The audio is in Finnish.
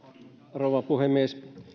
rouva puhemies